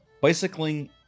bicycling